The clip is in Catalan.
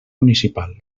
municipal